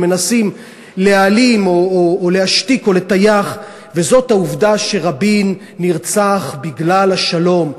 ומנסים להעלים או להשתיק או לטייח את העובדה שרבין נרצח בגלל השלום,